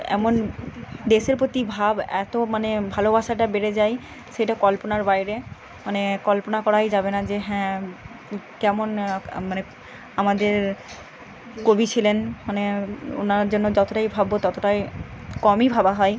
এমন দেশের প্রতি ভাব এতো মানে ভালোবাসাটা বেড়ে যায় সেটা কল্পনার বাইরে মানে কল্পনা করাই যাবে না যে হ্যাঁ কেমন মানে আমাদের কবি ছিলেন মানে ওনার জন্য যতোটাই ভাববো ততটাই কমই ভাবা হয়